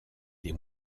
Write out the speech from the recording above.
des